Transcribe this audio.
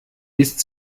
ist